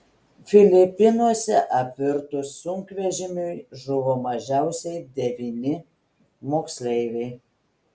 filipinuose apvirtus sunkvežimiui žuvo mažiausiai devyni moksleiviai